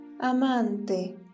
Amante